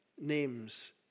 name's